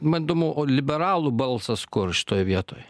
man įdomu o liberalų balsas kur šitoj vietoj